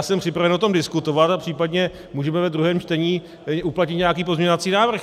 Jsem připraven o tom diskutovat a případně můžeme ve druhém čtení uplatnit nějaký pozměňovací návrh.